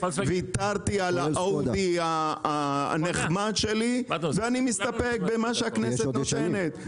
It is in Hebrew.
ויתרתי על האאודי הנחמד שלי ואני מסתפק במה שהכנסת נותנת,